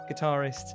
guitarist